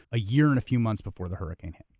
a year and a few months before the hurricane hit.